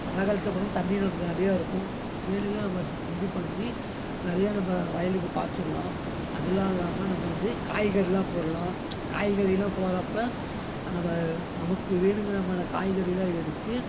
மழைக் காலத்தில் போனால் தண்ணி நமக்கு நிறைய இருக்கும் க்ளீனாக இது பண்ணி நிறையா நம்ம வயலுக்கு பாய்ச்சுடுலாம் அதலாம் இல்லாமல் நம்ம வந்து காய்கறிலாம் போடலாம் காய்கறிலாம் போடுறப்ப நம்ம நமக்கு வேணுங்கிறமான காய்கறிலாம் எடுத்து